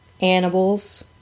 Animals